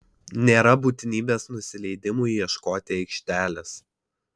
nėra būtinybės nusileidimui ieškoti aikštelės